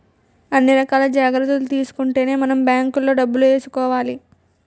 అన్ని రకాల జాగ్రత్తలు తీసుకుంటేనే మనం బాంకులో డబ్బులు ఏసుకోవాలి